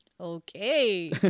Okay